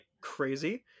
crazy